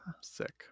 Sick